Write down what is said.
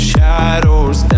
Shadows